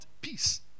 peace